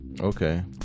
Okay